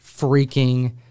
freaking